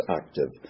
active